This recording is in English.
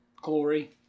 glory